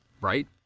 Right